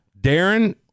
darren